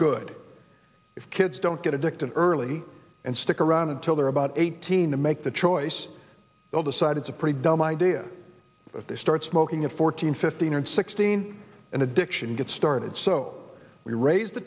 good if kids don't get addicted early and stick around until they're about eighteen to make the choice they'll decide it's a pretty dumb idea if they start smoking at fourteen fifteen and sixteen and addiction get started so we raise the